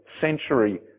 century